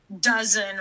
dozen